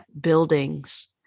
buildings